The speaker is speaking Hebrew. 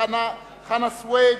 חנא סוייד,